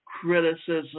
criticism